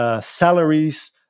Salaries